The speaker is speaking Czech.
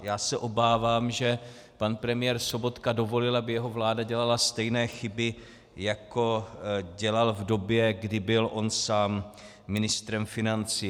Já se obávám, že pan premiér Sobotka dovolil, aby jeho vláda dělala stejné chyby, jako dělal v době, kdy byl on sám ministrem financí.